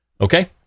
okay